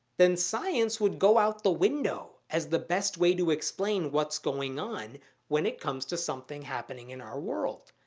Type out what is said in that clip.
then science would go out the window as the best way to explain what's going on when it comes to something happening in our world.